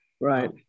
Right